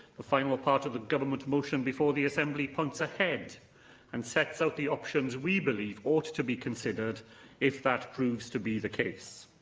the final part of the government motion before the assembly points ahead and sets out the options we believe ought to be considered if that proves to the case.